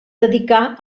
dedicà